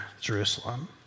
Jerusalem